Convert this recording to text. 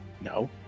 No